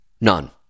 None